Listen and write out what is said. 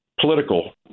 political